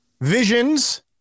Visions